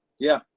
yeah,